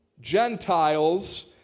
Gentiles